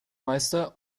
meister